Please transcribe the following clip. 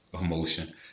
emotion